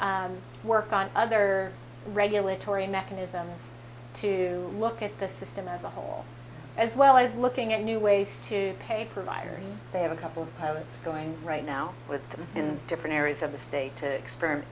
also work on other regulatory mechanisms to look at the system as a whole as well as looking at new ways to pay providers they have a couple of it's going right now with them in different areas of the state to experiment